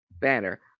banner